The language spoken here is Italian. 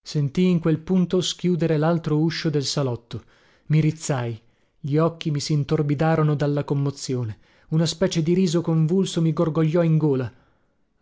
sentii in quel punto schiudere laltro uscio del salotto i rizzai gli occhi mi sintorbidarono dalla commozione una specie di riso convulso mi gorgogliò in gola